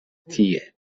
tie